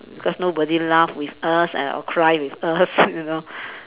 because nobody laugh with us and or cry with us you know